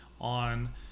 on